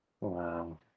Wow